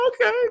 okay